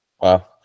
Wow